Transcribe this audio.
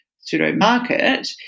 pseudo-market